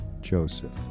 joseph